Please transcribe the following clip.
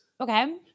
Okay